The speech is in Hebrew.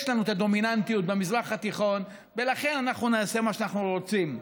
יש לנו את הדומיננטיות במזרח התיכון ולכן אנחנו נעשה מה שאנחנו רוצים.